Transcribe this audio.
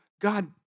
God